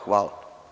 Hvala.